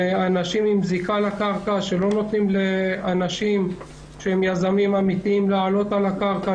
אנשים עם זיקה לקרקע שלא נותנים ליזמים אמיתיים לעלות על הקרקע.